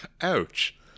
Ouch